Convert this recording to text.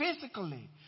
Physically